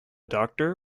doctor